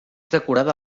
decorada